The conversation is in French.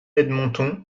edmonton